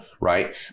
right